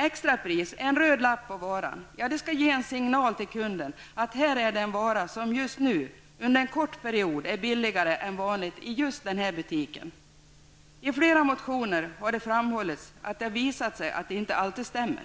Extrapris -- en röd lapp på varan skall ge kunden en signal om att här är det en vara som just nu, under en kort period, är billigare än vanligt i just denna butik. I flera motioner har det framhållits att det har visat sig att detta inte alltid stämmer.